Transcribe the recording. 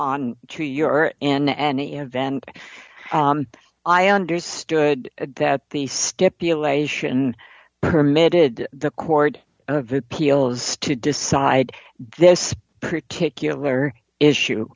on to your in any event i understood that the stipulation permitted the court of appeals to decide this particular issue